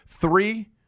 Three